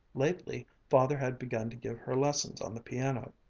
lately father had begun to give her lessons on the piano.